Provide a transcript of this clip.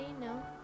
No